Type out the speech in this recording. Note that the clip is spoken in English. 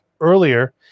earlier